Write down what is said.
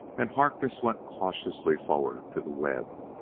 and harkness went cautiously forward to the web.